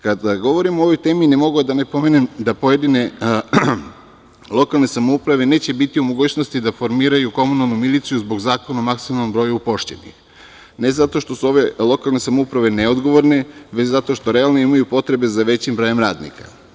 Kada govorimo o ovoj temi, ne mogu, a da ne pomenem da pojedine lokalne samouprave neće biti u mogućnost da formiraju komunalnu miliciju zbog Zakona o maksimalnom broju upošljenih, ne zato što su ove lokalne samouprave neodgovorne, već zato što realno imaju potrebe za većim brojem radnika.